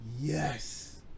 yes